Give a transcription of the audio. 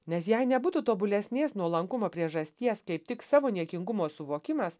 nes jei nebūtų tobulesnės nuolankumo priežasties kaip tik savo niekingumo suvokimas